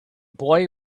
boy